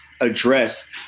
address